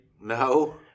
No